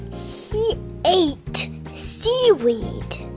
she ate seaweed.